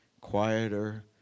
quieter